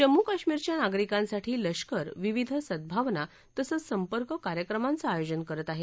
जम्मू कश्मीरच्या नागरिकांसाठी लष्कर विविध सद्भावना तसंच संपर्क कार्यक्रमांच आयोजन करत आहे